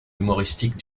humoristique